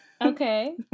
Okay